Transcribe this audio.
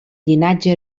llinatge